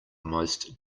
most